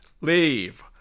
leave